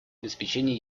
обеспечению